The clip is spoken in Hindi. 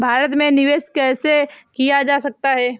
भारत में निवेश कैसे किया जा सकता है?